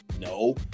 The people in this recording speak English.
No